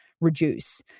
reduce